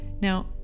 Now